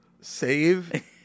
Save